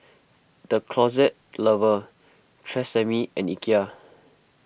the Closet Lover Tresemme and Ikea